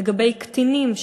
לגבי קטינים,